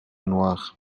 noir